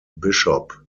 bishop